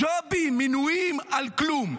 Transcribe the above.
ג'ובים, מינויים, על כלום.